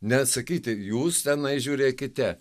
nesakyti jūs tenai žiūrėkite